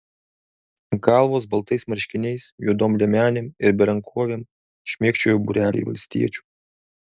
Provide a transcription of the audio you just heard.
ant kalvos baltais marškiniais juodom liemenėm ir berankovėm šmėkščiojo būreliai valstiečių